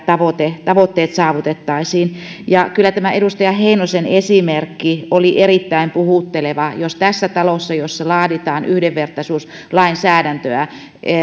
tavoitteet tavoitteet saavutettaisiin ja kyllä tämä edustaja heinosen esimerkki oli erittäin puhutteleva jos tässä talossa jossa laaditaan yhdenvertaisuuslainsäädäntöä